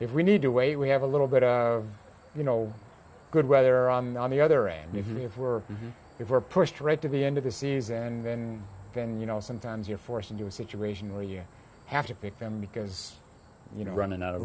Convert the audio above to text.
if we need to way we have a little bit of you know good weather on the other end if we if we're if we're pushed right to the end of the season and then then you know sometimes you're forced into a situation where you have to pick them because you know running out of